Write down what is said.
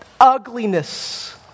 ugliness